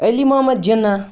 Ali Mohammad جِنا